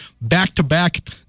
back-to-back